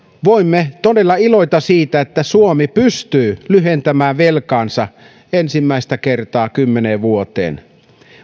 voimme todella iloita siitä että suomi pystyy lyhentämään velkaansa ensimmäistä kertaa kymmeneen vuoteen